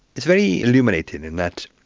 it's very illuminating in that,